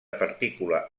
partícula